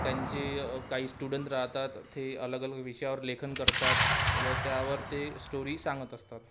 त्यांचे काही स्टुडंट राहतात ते अलग अलग विषयावर लेखन करतात व त्यावर ते स्टोरी सांगत असतात